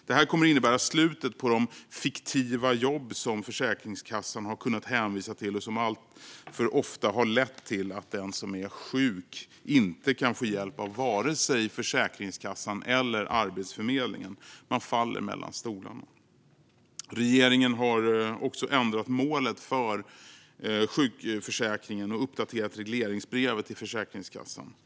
Det här kommer att innebära slutet på de "fiktiva" jobb som Försäkringskassan har kunnat hänvisa till och som alltför ofta har lett till att den som är sjuk inte kan få hjälp av vare sig Försäkringskassan eller Arbetsförmedlingen utan faller mellan stolarna. Regeringen har också ändrat målet för sjukförsäkringen och uppdaterat regleringsbrevet till Försäkringskassan.